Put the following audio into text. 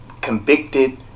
convicted